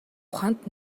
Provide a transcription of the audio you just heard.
ухаанд